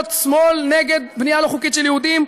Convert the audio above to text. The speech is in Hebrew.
שמאל נגד בנייה לא חוקית של יהודים,